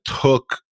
took